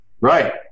Right